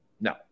no